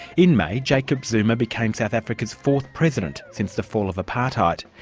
in may, jacob zuma became south africa's fourth president since the fall of apartheid.